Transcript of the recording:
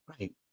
Right